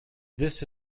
this